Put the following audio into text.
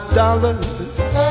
dollars